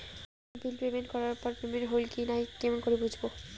কোনো bill payment করার পর পেমেন্ট হইল কি নাই কেমন করি বুঝবো?